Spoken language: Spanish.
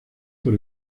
por